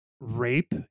rape